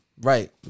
Right